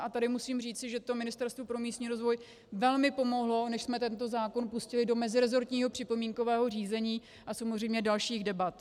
A tady musím říci, že to Ministerstvu pro místní rozvoj velmi pomohlo, než jsme tento zákon pustili do meziresortního připomínkového řízení a samozřejmě dalších debat.